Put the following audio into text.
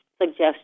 suggestion